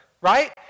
right